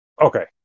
Okay